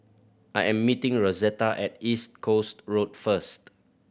I am meeting Rosetta at East Coast Road first